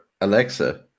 Alexa